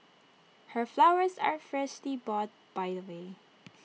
her flowers are freshly bought by the way